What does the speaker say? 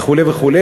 וכו' וכו'.